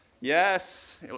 Yes